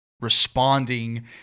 responding